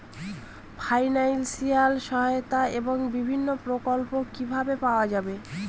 Financial সহায়তা এবং বিভিন্ন প্রকল্প কিভাবে পাওয়া যাবে?